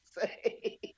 say